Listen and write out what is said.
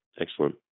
Excellent